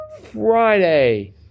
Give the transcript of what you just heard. Friday